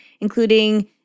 including